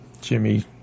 Jimmy